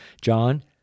John